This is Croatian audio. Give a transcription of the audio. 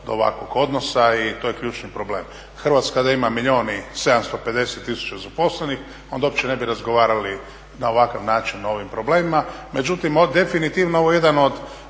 Hrvatska da ima milijun i 750 tisuća zaposlenih, onda uopće ne bi razgovarali na ovakav način o ovim problemima,